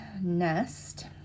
Nest